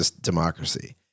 democracy